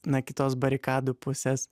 na kitos barikadų pusės